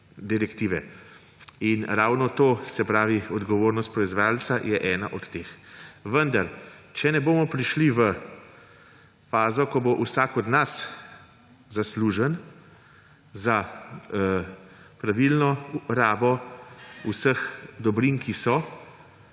direktive. In ravno ta odgovornost proizvajalca je ena od teh. Vendar, če ne bomo prišli v fazo, ko bo vsak od nas zaslužen za pravilno rabo vseh dobrin, ki so,